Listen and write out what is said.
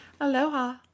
Aloha